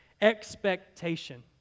Expectation